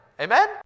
amen